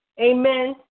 Amen